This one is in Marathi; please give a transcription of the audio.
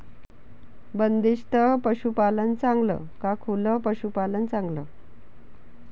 बंदिस्त पशूपालन चांगलं का खुलं पशूपालन चांगलं?